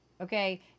Okay